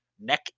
neck